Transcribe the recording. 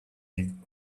you